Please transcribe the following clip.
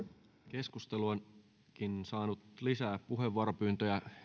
keskustelu onkin saanut lisää puheenvuoropyyntöjä